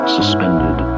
suspended